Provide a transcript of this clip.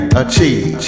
achieve